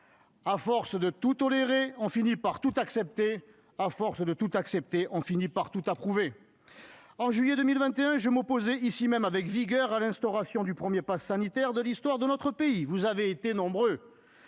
À force de tout tolérer, on finit par tout accepter. À force de tout accepter, on finit par tout approuver. » Au mois de juillet 2021, je m'opposais ici avec vigueur à l'instauration du premier passe sanitaire de l'histoire de notre pays. Vous aviez alors été nombreux,